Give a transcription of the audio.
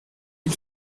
ils